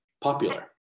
popular